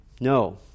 No